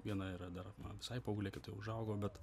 viena yra dar visai paauglė kita užaugo bet